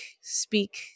speak